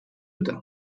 utah